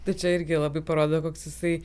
tai čia irgi labai parodo koks jisai